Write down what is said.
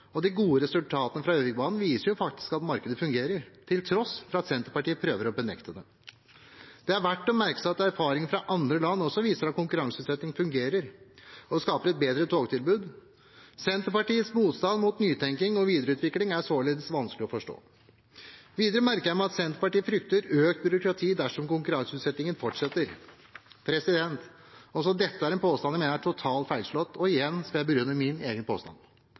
De gode resultatene fra Gjøvikbanen viser jo faktisk at markedet fungerer til tross for at Senterpartiet prøver å benekte det. Det er verdt å merke seg at erfaringer fra andre land også viser at konkurranseutsetting fungerer, og det skaper et bedre togtilbud. Senterpartiets motstand mot nytenkning og videreutvikling er således vanskelig å forstå. Videre merker jeg meg at Senterpartiet frykter økt byråkrati dersom konkurranseutsettingen fortsetter. Også dette er en påstand jeg mener er totalt feilslått, og igjen skal jeg begrunne min egen påstand.